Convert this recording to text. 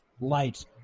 light